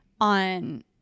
on